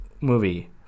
movie